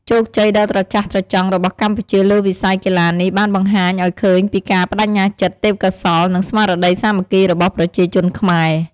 ជោគជ័យដ៏ត្រចះត្រចង់របស់កម្ពុជាលើវិស័យកីឡានេះបានបង្ហាញឱ្យឃើញពីការប្តេជ្ញាចិត្ត ទេពកោសល្យ និងស្មារតីសាមគ្គីរបស់ប្រជាជនខ្មែរ។